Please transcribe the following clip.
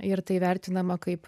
ir tai vertinama kaip